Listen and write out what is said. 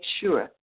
sure